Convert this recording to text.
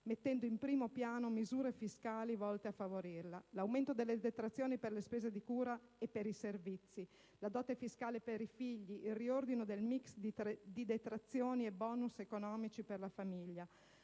mettendo in primo piano misure fiscali volte a favorirla: l'aumento delle detrazioni per le spese di cura e per servizi, la «dote fiscale» per i figli, il riordino del *mix* di detrazioni e *bonus* economici per la famiglia,